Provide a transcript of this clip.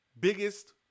biggest